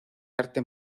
arte